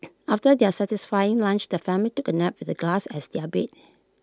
after their satisfying lunch the family took A nap with the grass as their bed